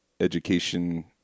education